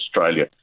Australia